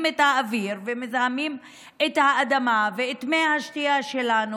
את האוויר ומזהמות את האדמה ואת מי השתייה שלנו,